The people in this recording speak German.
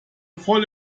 voll